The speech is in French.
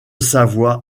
savoie